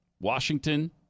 Washington –